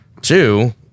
Two